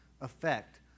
effect